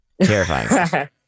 Terrifying